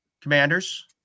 Commanders